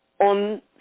on